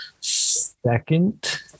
second